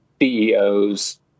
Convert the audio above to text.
CEOs